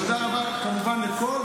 תודה רבה כמובן לכל